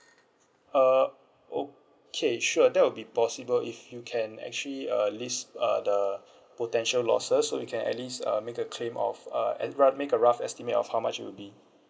uh okay sure that will be possible if you can actually uh list uh the potential losses so we can at least uh make a claim of uh and rou~ make a rough estimate of how much it will be